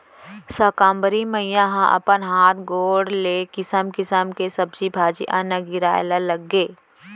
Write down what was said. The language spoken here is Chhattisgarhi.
साकंबरी मईया ह अपन हात गोड़ ले किसम किसम के सब्जी भाजी, अन्न गिराए ल लगगे